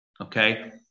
okay